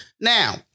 Now